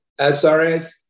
SRS